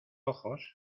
ojos